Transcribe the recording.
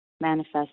manifest